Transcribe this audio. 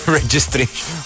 registration